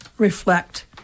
Reflect